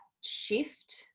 shift